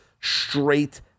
straight